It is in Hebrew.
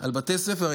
על בתי ספר.